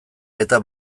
eta